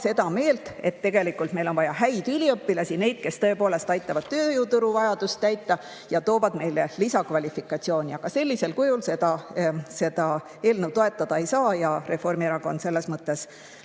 seda meelt, et tegelikult meil on vaja häid üliõpilasi, neid, kes tõepoolest aitavad tööjõuturu vajadusi täita ja toovad meile lisakvalifikatsiooni. Aga sellisel kujul seda eelnõu toetada ei saa. Reformierakond leiab, et